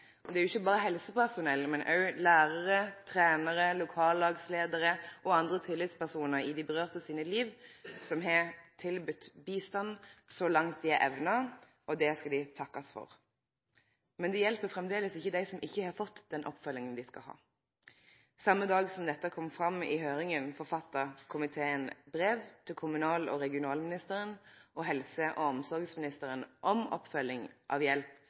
Det er ikkje berre helsepersonell, men òg lærarar, trenarar, lokallagsleiarar og andre tillitspersonar i livet til dei det gjaldt, som har tilbydt bistand så langt dei har evna, og det skal dei takkast for. Men det hjelper framleis ikkje dei som ikkje har fått den oppfølginga dei skal ha. Same dagen som dette kom fram i høyringa, forfatta komiteen eit brev til kommunal- og regionalministeren og helse- og omsorgsministeren om oppfølging av hjelp